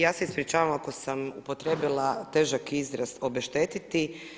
Ja se ispričavam ako sam upotrijebila težak izraz obeštetiti.